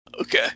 Okay